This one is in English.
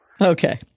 Okay